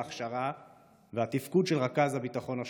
ההכשרה והתפקוד של רכז הביטחון השוטף.